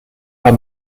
pas